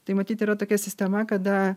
tai matyt yra tokia sistema kada